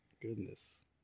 Goodness